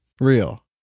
Real